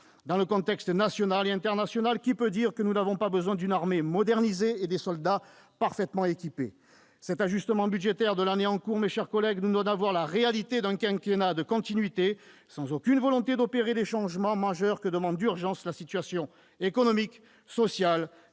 Dans le contexte national et international, qui peut dire que nous n'avons pas besoin d'une armée modernisée et de soldats parfaitement équipés ? Cet ajustement budgétaire de l'année en cours, mes chers collègues, nous donne à voir la réalité d'un quinquennat de continuité, sans aucune volonté d'opérer les changements majeurs que demande d'urgence la situation économique, sociale, sécuritaire